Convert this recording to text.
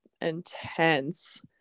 intense